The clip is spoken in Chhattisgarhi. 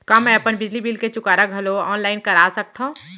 का मैं अपन बिजली बिल के चुकारा घलो ऑनलाइन करा सकथव?